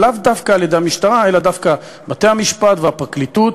ולאו דווקא על-ידי המשטרה אלא דווקא על-ידי בתי-המשפט והפרקליטות,